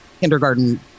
kindergarten